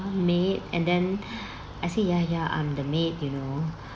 maid and then I say ya ya I'm the maid you know